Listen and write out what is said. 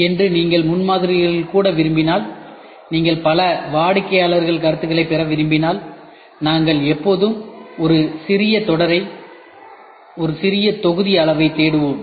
இன்று நீங்கள் முன்மாதிரிகளில் கூட விரும்பினால் நீங்கள் பல வாடிக்கையாளர் கருத்துக்களைப் பெற விரும்பினால் நாங்கள் எப்போதும் ஒரு சிறிய தொடரை ஒரு சிறிய தொகுதி அளவைத் தேடுவோம்